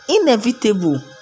Inevitable